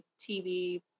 TV